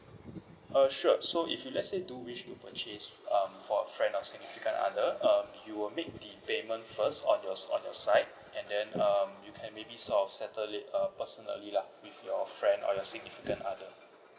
uh sure so if you let's say do wish to purchase um for a friend or significant other um you will make the payment first on your on your side side and then um you can maybe sort of settle it uh personally lah with your friend or your significant other